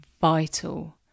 vital